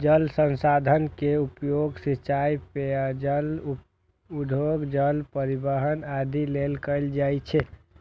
जल संसाधन के उपयोग सिंचाइ, पेयजल, उद्योग, जल परिवहन आदि लेल कैल जाइ छै